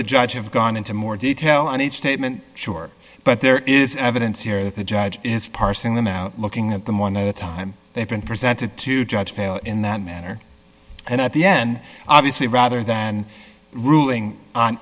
the judge have gone into more detail on each statement sure but there is evidence here that the judge is parsing them out looking at them one at a time they've been presented to judge fail in that manner and at the end obviously rather than ruling on